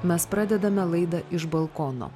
mes pradedame laidą iš balkono